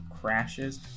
crashes